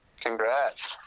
Congrats